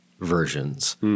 versions